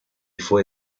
fue